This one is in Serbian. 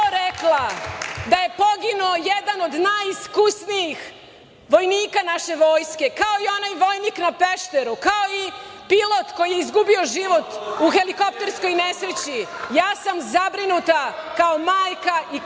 da je poginuo jedan od najiskusnijih vojnika naše vojske, kao i onaj vojnik na Pešteru, kao i pilot koji je izgubio život u helikopterskoj nesreći. Ja sam zabrinuta kao majka i kao